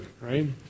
right